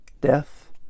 Death